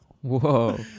Whoa